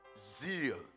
zeal